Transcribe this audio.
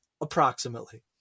approximately